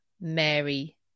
Mary